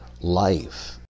life